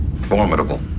Formidable